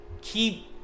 keep